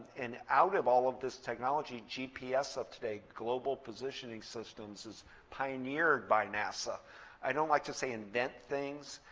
and out of all of this technology, gps of today, global positioning systems is pioneered by nasa i don't like to say invent things,